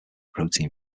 protein